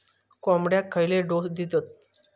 कोंबड्यांक खयले डोस दितत?